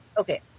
Okay